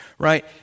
Right